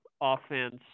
offense